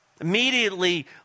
Immediately